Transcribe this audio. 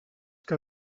que